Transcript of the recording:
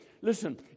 Listen